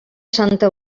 santa